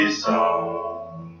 song